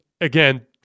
again –